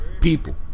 people